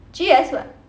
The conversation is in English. G_E_S what